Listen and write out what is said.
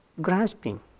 grasping